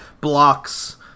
blocks